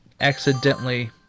accidentally